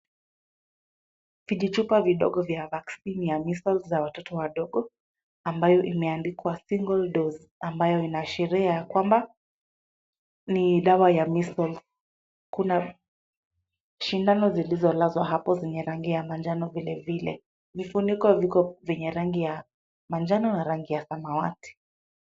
Vijichupa vidogo vya vaccine ya measles za watoto wadogo, ambayo imeandikwa single dose ambayo inaashiria ya kwamba ni dawa ya measles . Kuna sindano zilizolazwa hapo zenye rangi ya manjano vilevile. Vifuniko viko vyenye rangi ya manjano na rangi ya samawati.